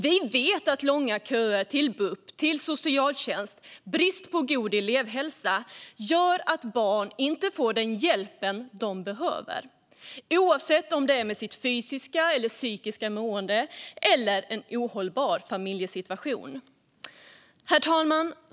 Vi vet att långa köer till bup och socialtjänst och brist på god elevhälsa gör att barn inte får den hjälp de behöver, oavsett om det handlar om fysiskt eller psykiskt mående eller en ohållbar familjesituation. Herr talman!